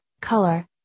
color